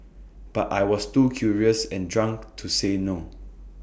but I was too curious and drunk to say no